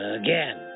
again